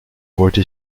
wollte